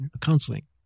counseling